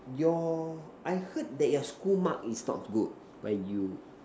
your I heard that your school mark is not good when you